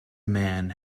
man